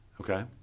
Okay